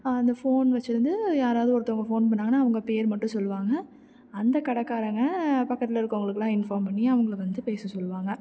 அந்த ஃபோன் வெச்சுருந்து யாராவது ஒருத்தங்க ஃபோன் பண்ணாங்கன்னா அவங்க பேர் மட்டும் சொல்வாங்க அந்தக் கடைக்காரங்க பக்கத்தில் இருக்கறவங்களுக்கெல்லாம் இன்ஃபார்ம் பண்ணி அவங்களை வந்து பேச சொல்வாங்க